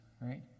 right